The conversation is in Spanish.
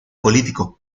político